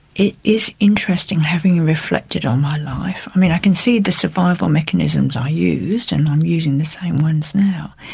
it is interesting, having reflected on my life. i mean, i can see the survival mechanisms i used, and i'm using the same ones now.